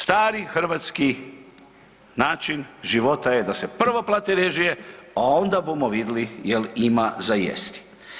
Stari hrvatski način života je da se prvo plate režije, a onda bumo vidli jel ima za jesti.